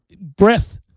breath